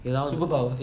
superpower